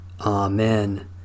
Amen